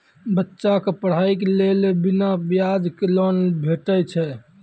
बच्चाक पढ़ाईक लेल बिना ब्याजक लोन भेटै छै?